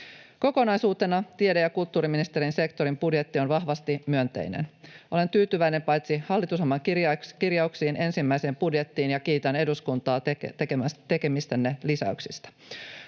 Kokonaisuutena tiede- ja kulttuuriministeriön sektorin budjetti on vahvasti myönteinen. Olen tyytyväinen paitsi hallitusohjelman kirjauksiin myös ensimmäiseen budjettiin, ja kiitän eduskuntaa tekemistänne lisäyksistä.